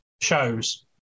shows